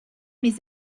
mes